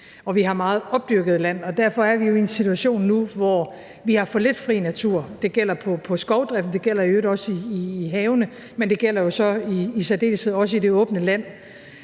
vi har meget opdyrket land. Derfor er vi jo i en situation nu, hvor vi har for lidt fri natur. Det gælder skovdriften, det gælder i øvrigt også i havene, men det gælder jo så i særdeleshed også i det åbne land,